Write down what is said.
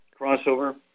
crossover